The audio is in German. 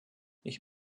ich